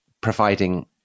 providing